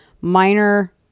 minor